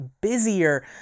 busier